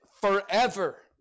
forever